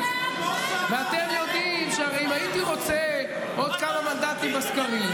מקצץ את כרטיסי המזון בחצי.